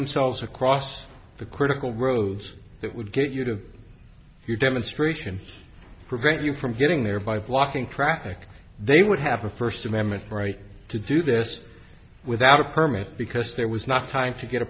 themselves across the critical roads that would get you to your demonstration prevent you from getting there by blocking traffic they would have a first amendment right to do this without a permit because there was not time to get a